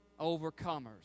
overcomers